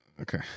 Okay